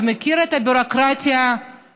ואתה מכיר את הביורוקרטיה הישראלית,